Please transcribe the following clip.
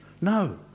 No